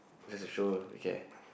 just to show her we care